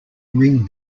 ring